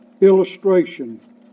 illustration